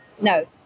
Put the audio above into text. no